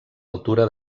altura